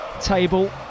table